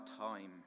time